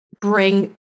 bring